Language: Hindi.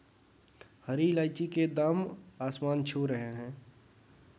हरी इलायची के दाम आसमान छू रहे हैं